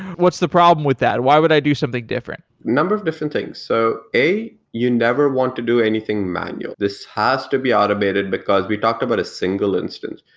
what's the problem with that? why would i do something different? a number of different things. so a, you never want to do anything manual. this has to be automated, because we talked about a single instance.